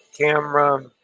camera